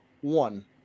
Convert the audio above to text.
one